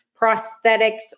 Prosthetics